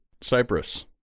Cyprus